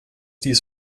dies